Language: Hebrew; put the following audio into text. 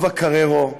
טובה קררו,